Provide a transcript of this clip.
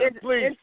please